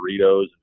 burritos